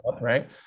Right